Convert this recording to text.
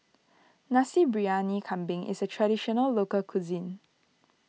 Nasi Briyani Kambing is a Traditional Local Cuisine